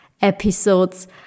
episodes